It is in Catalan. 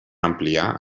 ampliar